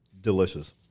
Delicious